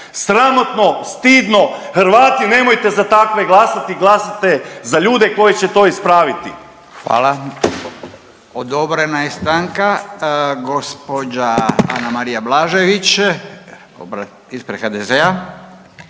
Sramotno, stidno, Hrvati nemojte za takve glasati, glasajte za ljude koji će to ispraviti. **Radin, Furio (Nezavisni)** Hvala. Odobrena je stanka. Gospođa Anamarija Blažević ispred HDZ-a.